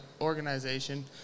organization